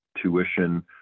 tuition